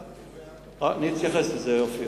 אני אתייחס לזה, אופיר.